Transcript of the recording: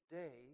day